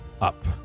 up